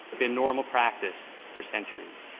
been normal practice for centuries.